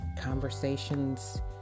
conversations